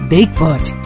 Bigfoot